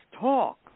talk